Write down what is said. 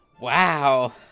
Wow